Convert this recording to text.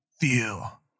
feel